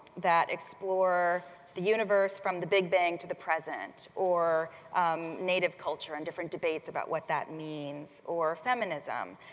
that explore the universe from the big bang to the present, or native culture and different debates about what that means, or feminism.